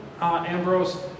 Ambrose